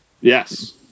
Yes